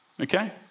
Okay